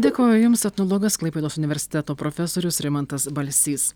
dėkoju jums etnologas klaipėdos universiteto profesorius rimantas balsys